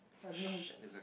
I don't know how to say